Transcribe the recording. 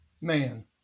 man